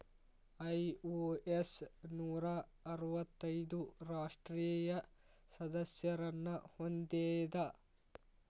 IOS ನೂರಾ ಅರ್ವತ್ತೈದು ರಾಷ್ಟ್ರೇಯ ಸದಸ್ಯರನ್ನ ಹೊಂದೇದ